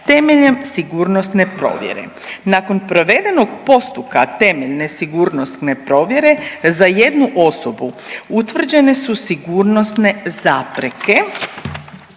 temeljem sigurnosne provjere. Nakon provedenog postupka temeljne sigurnosne provjere za jednu osobu utvrđene su sigurnosne zapreke.